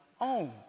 own